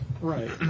right